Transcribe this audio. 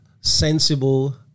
sensible